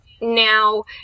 Now